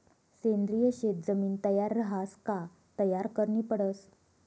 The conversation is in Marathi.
सेंद्रिय शेत जमीन तयार रहास का तयार करनी पडस